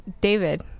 David